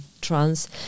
trans